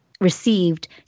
received